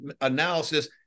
analysis